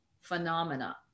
phenomena